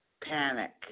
panic